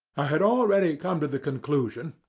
i had already come to the conclusion,